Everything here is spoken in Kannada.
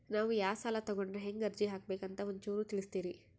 ನಾವು ಯಾ ಸಾಲ ತೊಗೊಂಡ್ರ ಹೆಂಗ ಅರ್ಜಿ ಹಾಕಬೇಕು ಅಂತ ಒಂಚೂರು ತಿಳಿಸ್ತೀರಿ?